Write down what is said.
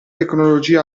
tecnologia